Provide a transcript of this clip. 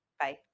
Bye